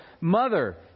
mother